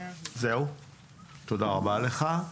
תודה רבה לך.